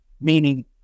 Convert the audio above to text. meaning